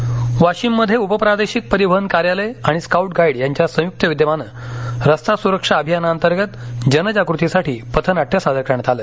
पथनाट्य वाशिममध्ये उपप्रादेशिकपरिवहन कार्यालय आणि स्काऊट गाईड यांच्या संयुक्त विद्यमाने रस्ता सुरक्षा अभियानांतर्गतजनजागृतीसाठी पथनाट्य सादर करण्यात आलं